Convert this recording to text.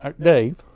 Dave